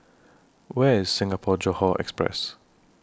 Where IS Singapore Johore Express